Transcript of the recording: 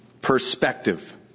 perspective